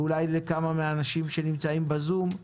ואולי לכמה מן האנשים שנמצאים בזום,